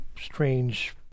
strange